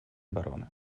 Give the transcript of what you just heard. обороны